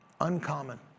uncommon